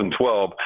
2012